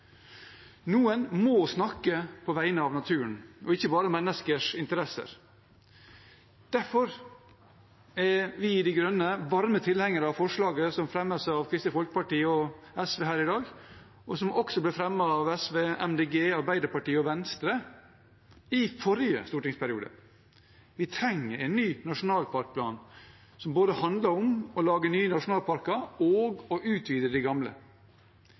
Noen må snakke på vegne av naturen og ikke bare menneskers interesser. Derfor er vi i Miljøpartiet De Grønne varme tilhengere av forslaget som fremmes av Kristelig Folkeparti og SV her i dag, og som også ble fremmet av SV, Miljøpartiet De Grønne, Arbeiderpartiet og Venstre i forrige stortingsperiode. Vi trenger en ny nasjonalparkplan som handler om både å lage nye nasjonalparker og å utvide de gamle.